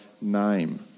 name